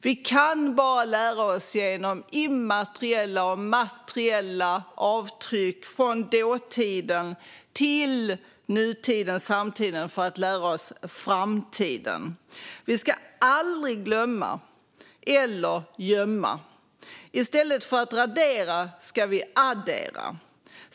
Vi kan bara lära oss genom immateriella och materiella avtryck från dåtiden till nutiden och samtiden för att lära oss för framtiden. Vi ska aldrig glömma eller gömma. I stället för att radera ska vi addera.